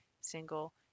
single